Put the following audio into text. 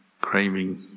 craving